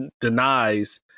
denies